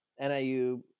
NIU